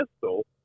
pistol